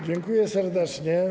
Dziękuję serdecznie.